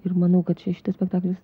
ir manau kad čia šitas spektaklis